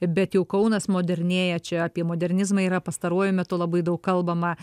bet jau kaunas modernėja čia apie modernizmą yra pastaruoju metu labai daug kalbama